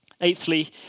Eighthly